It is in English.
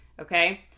Okay